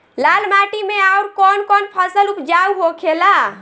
लाल माटी मे आउर कौन कौन फसल उपजाऊ होखे ला?